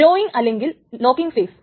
growing അല്ലെങ്കിൽ locking face